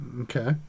Okay